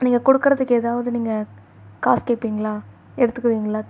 நீங்கள் கொடுக்கறதுக்கு எதாவது நீங்கள் காசு கேட்பிங்களா எடுத்துக்குவிங்களா